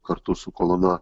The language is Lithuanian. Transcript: kartu su kolona